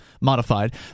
modified